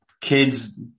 kids